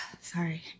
sorry